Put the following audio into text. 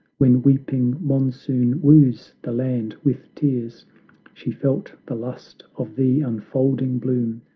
when weeping monsoon woos the land with tears she felt the lust of the unfolding bloom,